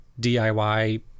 DIY